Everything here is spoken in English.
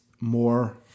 more